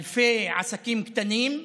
אלפי עסקים קטנים,